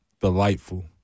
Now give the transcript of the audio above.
delightful